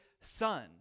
son